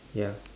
ya